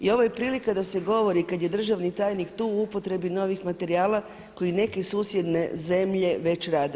I ovo je prilika da se govori kada je državni tajnik tu o upotrebi novih materijala koje neke susjedne zemlje već rade.